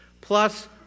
plus